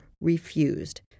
refused